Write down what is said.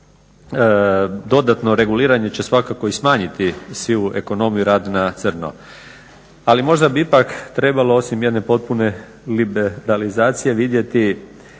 dodatno reguliranje će svakako i smanjiti sivu ekonomiju rad na crno. Ali možda bi ipak trebalo osim jedne potpune liberalizacije vidjeti